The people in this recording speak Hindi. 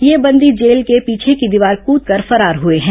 ये बंदी जेल की पीछे की दीवार कृदकर फरार हुए हैं